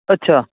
अछा